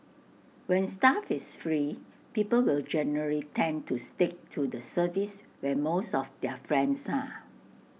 when stuff is free people will generally tend to stick to the service where most of their friends are